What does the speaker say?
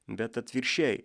bet atvirkščiai